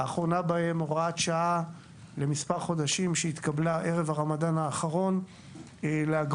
האחרונה בהן הוראת שעה לכמה חודשים שהתקבלה ערב הרמדאן האחרון להגבלת